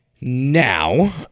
Now